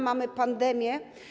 Mamy pandemię.